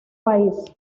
país